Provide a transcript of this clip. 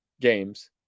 games